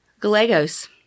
Gallegos